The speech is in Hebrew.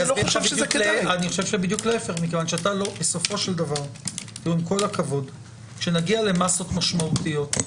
ההפך כי בסופו של דבר, כשנגיע למסות משמעותיות,